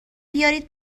بیارین